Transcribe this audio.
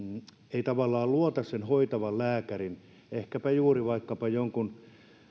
ei oikein luota sen hoitavan lääkärin näkemykseen ehkäpä juuri jonkun